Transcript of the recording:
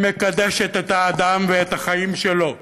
שמקדשת את האדם ואת החיים שלו,